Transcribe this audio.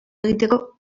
egiteko